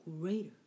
greater